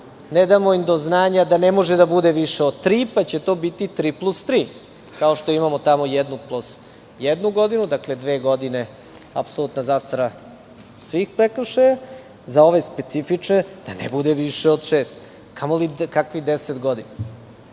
ne damo im do znanja da ne može da bude više od tri? Pa će to biti tri plus tri, kao što imamo tamo jednu plus jednu godinu, dakle dve godine, apsolutna zastara svih prekršaja. Za ove specifične da ne bude više od šest, kakvih deset